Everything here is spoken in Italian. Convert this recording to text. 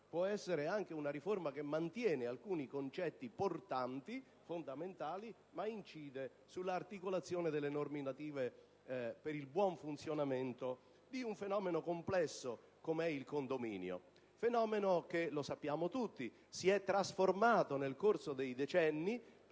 può essere anche una riforma che mantiene alcuni concetti portanti, fondamentali, ma incide sull'articolazione delle normative per il buon funzionamento di un fenomeno complesso com'è il condominio, fenomeno che - lo sappiamo tutti - si è trasformato nel corso dei decenni,